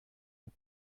een